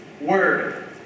Word